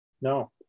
no